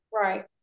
right